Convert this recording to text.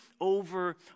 over